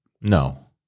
No